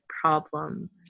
problem